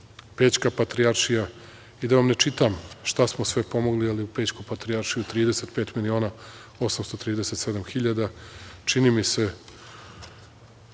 Pećka patrijaršija i da vam ne čitam šta smo sve pomogli, u Pećku patrijaršiju 35 miliona 837 hiljada, čini mi se